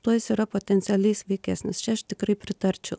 tuo jis yra potencialiai sveikesnis čia aš tikrai pritarčiau